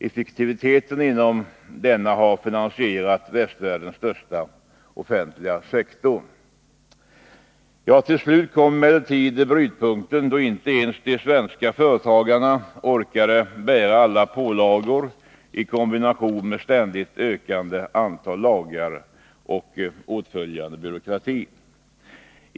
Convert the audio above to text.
Effektiviteten inom företagsamheten har finansierat västvärldens största offentliga sektor. Till slut kom emellertid brytpunkten, då inte ens de svenska företagarna orkade bära alla pålagor i kombination med ett ständigt ökande antal lagar och åtföljande byråkrati.